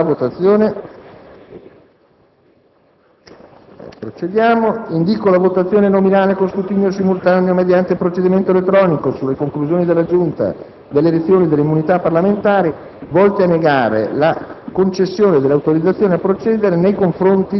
Indìco la votazione nominale con scrutinio simultaneo, mediante procedimento elettronico, sulle conclusioni della Giunta delle elezioni e delle immunità parlamentari volte a negare la concessione dell'autorizzazione a procedere nei confronti di Carlo Lancella. Dichiaro aperta la votazione.